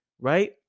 right